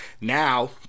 Now